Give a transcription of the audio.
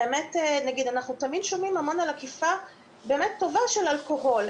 אנחנו תמיד שומעים המון על אכיפה טובה של אלכוהול.